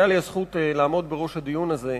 היתה לי הזכות לעמוד בראש הדיון הזה.